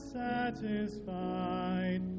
satisfied